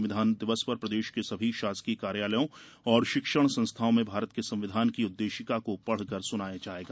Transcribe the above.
संविधान दिवस पर प्रदेश के सभी शासकीय कार्यालयों और शिक्षण संस्थाओं में भारत के संविधान की उद्देशिका को पढ़कर सुनाया जायेगा